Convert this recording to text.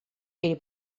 ele